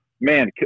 man